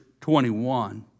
21